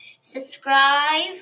Subscribe